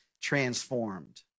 Transformed